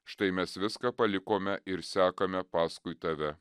štai mes viską palikome ir sekame paskui tave